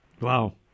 Wow